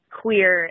queer